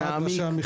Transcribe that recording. נעמיק בזה.